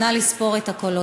נא לספור את הקולות.